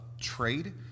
trade